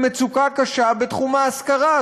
של מצוקה קשה בתחום ההשכרה.